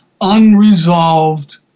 unresolved